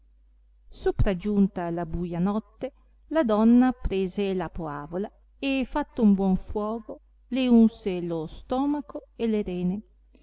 sopragiunta la buia notte la donna prese la poavola e fatto un buon fuogo le unse lo stomaco e le rene